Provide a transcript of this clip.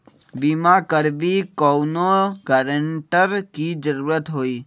बिमा करबी कैउनो गारंटर की जरूरत होई?